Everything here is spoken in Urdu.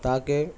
تاکہ